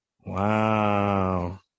Wow